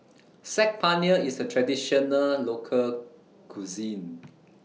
Saag Paneer IS A Traditional Local Cuisine